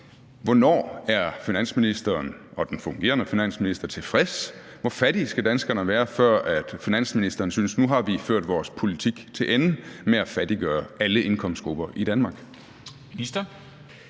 Hvornår er finansministeren og den fungerende finansminister tilfreds? Hvor fattige skal danskerne være, før finansministeren synes at han har ført sin politik til ende med at fattiggøre alle indkomstgrupper i Danmark?